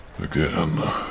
Again